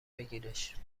بگیرش